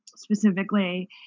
specifically